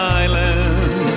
island